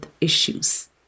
issues